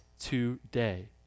today